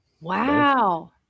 Wow